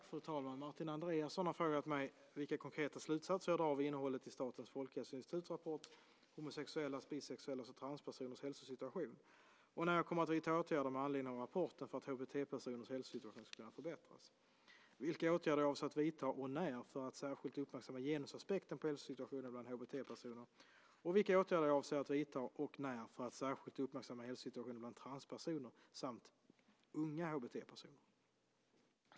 Fru talman! Martin Andreasson har frågat mig vilka konkreta slutsatser jag drar av innehållet i Statens folkhälsoinstituts rapport Homosexuellas, bisexuellas och transpersoners hälsosituation och när jag kommer att vidta åtgärder med anledning av rapporten för att HBT-personers hälsosituation ska kunna förbättras, vilka åtgärder jag avser att vidta, och när, för att särskilt uppmärksamma genusaspekten på hälsosituationen bland HBT-personer samt vilka åtgärder jag avser att vidta, och när, för att särskilt uppmärksamma hälsosituationen bland transpersoner och unga HBT-personer.